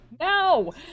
No